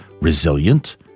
resilient